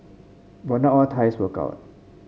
but not all ties work out